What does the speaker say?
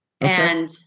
and-